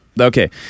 okay